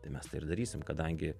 tai mes tai ir darysim kadangi